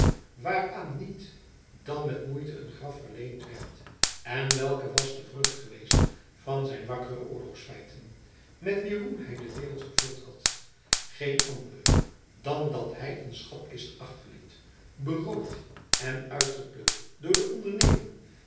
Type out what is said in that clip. waaraan niet dan met moeite een graf verleend werd en welke was de vrucht geweest van zijn wakkere oorlogsfeiten met wier roem hij de wereld vervuld had geen andere dan dat hij een schatkist achterliet berooid en uitgeput door de ondernemingen